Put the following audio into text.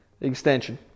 extension